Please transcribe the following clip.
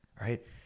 right